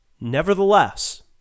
Nevertheless